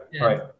Right